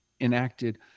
enacted